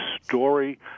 story